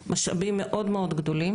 טוב, בוקר טוב לכולכם.